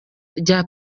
rya